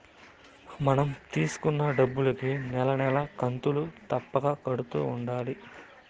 మనం తీసుకున్న డబ్బులుకి నెల నెలా కంతులు తప్పక కడుతూ ఉండాలి